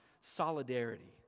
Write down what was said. solidarity